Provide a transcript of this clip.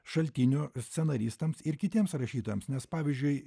šaltiniu scenaristams ir kitiems rašytojams nes pavyzdžiui